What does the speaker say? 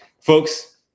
folks